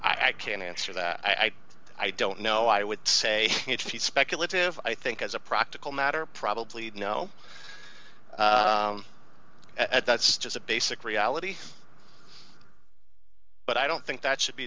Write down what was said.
i can answer that i'd i don't know i would say speculative i think as a practical matter probably no at that's just a basic reality but i don't think that should be